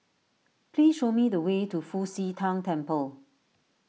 please show me the way to Fu Xi Tang Temple